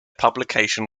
publication